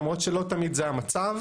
למרות שלא תמיד זה המצב,